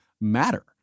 matter